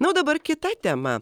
na o dabar kita tema